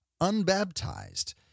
unbaptized